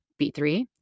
B3